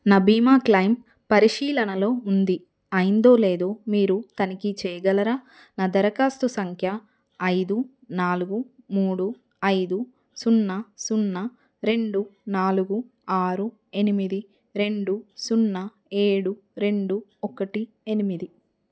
నా బీమా క్లైమ్ పరిశీలనలో ఉంది అయిందో లేదో మీరు తనిఖీ చేయగలరా నా దరఖాస్తు సంఖ్య ఐదు నాలుగు మూడు ఐదు సున్న సున్న రెండు నాలుగు ఆరు ఎనిమిది రెండు సున్న ఏడు రెండు ఒకటి ఎనిమిది